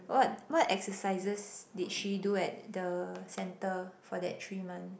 what what exercises did she do at the center for that three month